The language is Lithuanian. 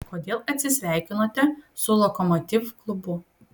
kodėl atsisveikinote su lokomotiv klubu